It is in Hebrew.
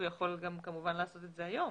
הוא יכול לעשות את זה היום,